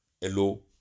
Hello